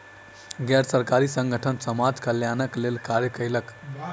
गैर सरकारी संगठन समाज कल्याणक लेल कार्य कयलक